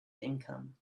income